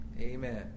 Amen